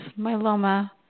myeloma